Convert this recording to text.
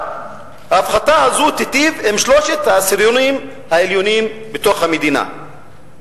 ההפחתה הזאת תיטיב עם שלושת העשירונים העליונים במדינה.